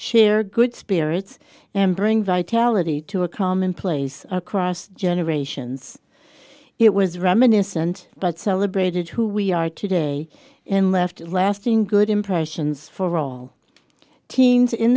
share good spirits and bring vitality to a common place across generations it was reminiscent but celebrated who we are today and left a lasting good impressions for all teens in